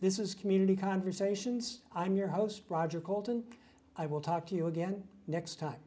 this is community conversations i'm your host roger colton i will talk to you again next time